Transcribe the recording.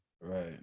Right